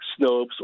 Snopes